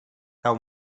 cau